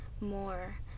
more